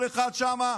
כל אחד שם,